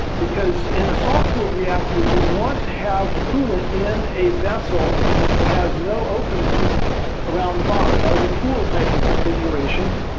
because in a salt cooled reactor you want to have the coolant in a vessel that has no openings around the bottom that is a pool type of configuration,